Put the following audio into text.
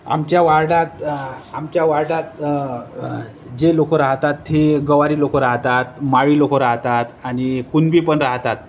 आमच्या वार्डात आमच्या वार्डात जे लोक राहतात तो गवारी लोक राहतात माळी लोक राहतात आणि कुणबी पण राहतात